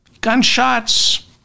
gunshots